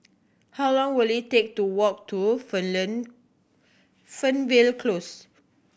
how long will it take to walk to Fernvale Close